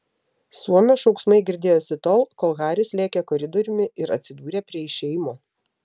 suomio šauksmai girdėjosi tol kol haris lėkė koridoriumi ir atsidūrė prie išėjimo